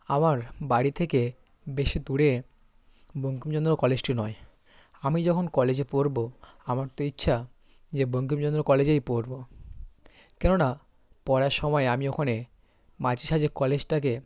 আমার বাড়ি থেকে বেশি দূরে বঙ্কিমচন্দ্র কলেজটি নয় আমি যখন কলেজে পড়বো আমার তো ইচ্ছা যে বঙ্কিমচন্দ্র কলেজেই পড়বো কেননা পড়ার সময়ে আমি ওখানে মাঝে সাঝে কলেজটাকে